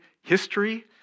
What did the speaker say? history